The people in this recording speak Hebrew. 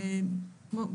וכמו,